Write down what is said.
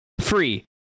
free